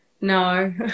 No